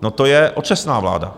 No, to je otřesná vláda.